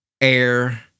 air